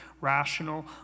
rational